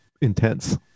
intense